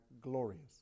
glorious